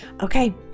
Okay